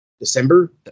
december